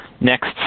next